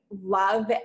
love